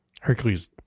hercules